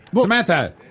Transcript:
Samantha